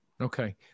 Okay